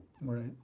Right